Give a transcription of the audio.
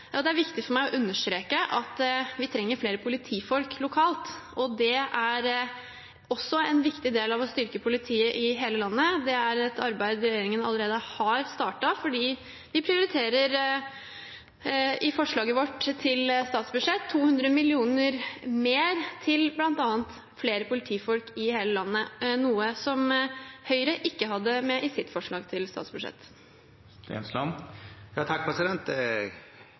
Det er viktig for meg å understreke at vi trenger flere politifolk lokalt. Det er også en viktig del av å styrke politiet i hele landet. Det er et arbeid regjeringen allerede har startet, fordi vi i vårt forslag til statsbudsjett prioriterer 200 mill. kr mer til bl.a. flere politifolk i hele landet, noe Høyre ikke hadde med i sitt forslag til statsbudsjett.